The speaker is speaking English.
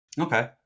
Okay